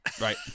right